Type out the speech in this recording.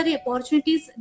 opportunities